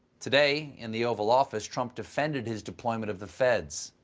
today, in the oval office, trump defended his deployment of the feds.